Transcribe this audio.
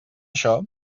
això